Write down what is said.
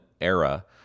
era